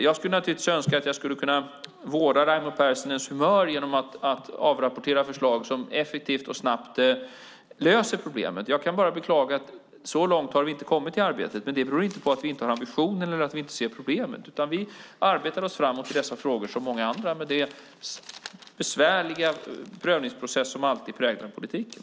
Jag skulle givetvis önska att jag kunde vårda Raimo Pärssinens humör genom att avrapportera förslag som effektivt och snabbt löser problemet. Jag kan bara beklaga att vi inte kommit så långt i arbetet. Det beror dock inte på att vi inte har en ambition eller att vi inte ser problemet. Vi arbetar framåt i dessa liksom i många andra frågor, men det är besvärliga prövningsprocesser som alltid präglar politiken.